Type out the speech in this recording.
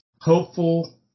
hopeful